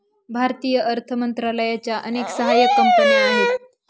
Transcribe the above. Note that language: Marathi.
भारतीय अर्थ मंत्रालयाच्या अनेक सहाय्यक कंपन्या आहेत